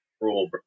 rule